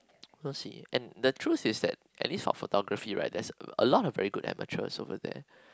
we'll see and the truth is that at least for photography right there's a lot of very good amateur over there